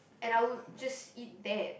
and I would just eat that